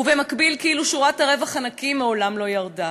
ובמקביל, כאילו שורת הרווח הנקי מעולם לא ירדה,